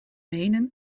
menen